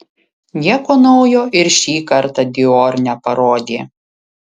nieko naujo ir šį kartą dior neparodė